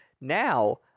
now